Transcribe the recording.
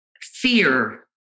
fear